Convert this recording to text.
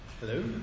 Hello